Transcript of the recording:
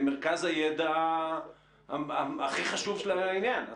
מרכז הידע הכי חשוב של העניין.